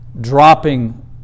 dropping